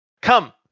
Come